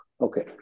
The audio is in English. Okay